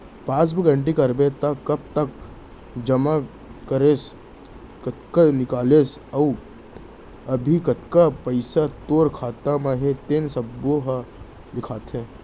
passbook entry कराबे त कब कतका जमा करेस, कतका निकालेस अउ अभी कतना पइसा तोर खाता म हे तेन सब्बो ह लिखाथे